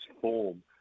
form